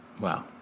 Wow